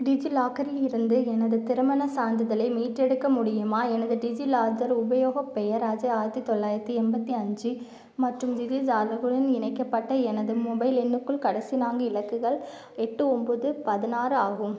டிஜிலாக்கரில் இருந்து எனது திருமணச் சான்றிதழை மீட்டெடுக்க முடியுமா எனது டிஜிலாஜர் உபயோகப் பெயர் அஜய் ஆயிரத்து தொள்ளாயிரத்தி எண்பத்தி அஞ்சு மற்றும் டிஜிலாக்கருடன் இணைக்கப்பட்ட எனது மொபைல் எண்ணுக்குள் கடைசி நான்கு இலக்குகள் எட்டு ஒம்பது பதினாறு ஆகும்